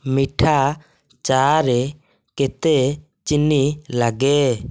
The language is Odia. ମିଠା ଚା'ରେ କେତେ ଚିନି ଲାଗେ